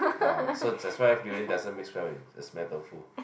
ah so that's why durian doesn't mix well with the smelly tofu